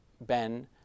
Ben